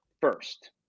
first